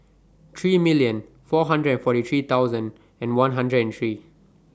three million four hundred and forty three thousand and one hundred and three